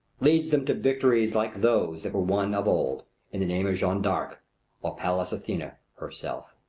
leads them to victories like those that were won of old in the name of jeanne d'arc or pallas athena herself.